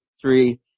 three